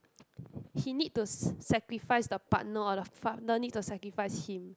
he need to s~ sacrifice the partner or the partner need to sacrifice him